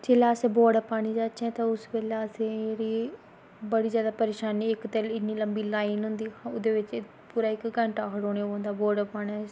जेल्लै अस बोट पाने गी जाच्चै तां उस बेल्लै असें गी री बड़ी जैदा परेशानी इक ते इन्नी लम्बी लाईन होंदी ओह्दे बिच्च पूरे इक घैंटा खड़ोनें पौंदा बोट पाने आस्तै